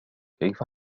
كيف